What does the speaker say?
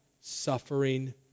suffering